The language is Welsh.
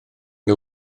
nhw